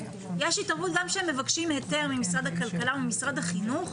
יש התערבות גם כשהם מבקשים היתר ממשרד הכלכלה או ממשרד החינוך,